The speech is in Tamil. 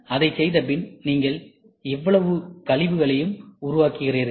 அதைச் செய்தபின் நீங்கள் இவ்வளவு கழிவுகளையும் உருவாக்குகிறீர்கள்